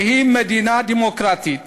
שהיא מדינה דמוקרטית,